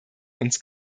uns